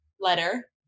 letter